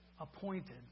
appointed